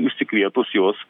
išsikvietus juos